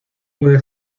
puede